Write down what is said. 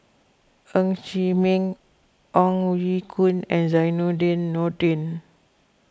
Ng Chee Meng Ong Ye Kung and Zainudin Nordin